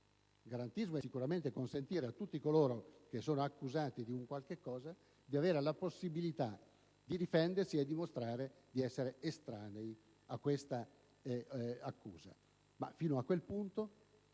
garantismo. Sicuramente significa consentire a tutti coloro che sono accusati di qualcosa di avere la possibilità di difendersi e di dimostrare di essere estranei all'accusa,